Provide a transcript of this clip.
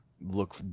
look